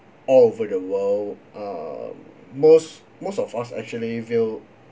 all over the world um most most of us actually view